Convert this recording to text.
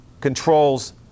controls